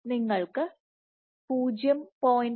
അതിനാൽ നിങ്ങൾക്ക് 0